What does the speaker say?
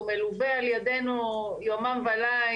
הוא מלווה על ידינו יומם וליל.